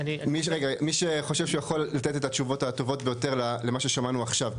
מי שחושב שהוא יכול לתת את התשובות הטובות ביותר למה ששמענו עכשיו,